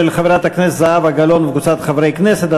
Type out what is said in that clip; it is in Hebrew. של חברת הכנסת זהבה גלאון וקבוצת חברי הכנסת: